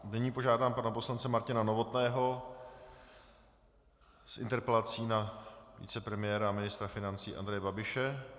Nyní požádám pana poslance Martina Novotného s interpelací na vicepremiéra a ministra financí Andreje Babiše.